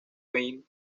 filmes